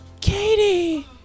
Katie